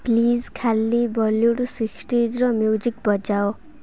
please ଖାଲି Bollywood ସିକ୍ସଟିଜ୍ର music ବଜାଅ